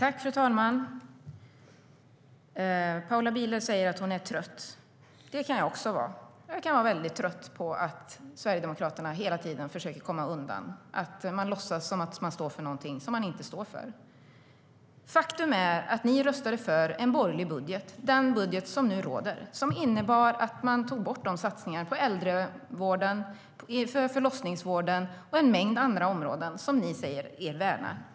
Fru talman! Paula Bieler säger att hon är trött. Det kan jag också vara. Jag kan vara väldigt trött på att Sverigedemokraterna hela tiden försöker komma undan. Man låtsas stå för något som man inte står för. Faktum är att ni röstade för en borgerlig budget - den budget som nu råder - som innebar att man tog bort satsningar på äldrevården, förlossningsvården och en mängd andra områden som ni säger er värna.